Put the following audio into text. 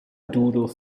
doodle